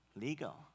legal